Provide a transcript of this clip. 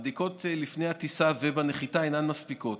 הבדיקות לפני הטיסה ובנחיתה אינן מספיקות,